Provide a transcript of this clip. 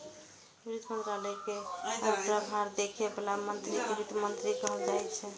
वित्त मंत्रालय के प्रभार देखै बला मंत्री कें वित्त मंत्री कहल जाइ छै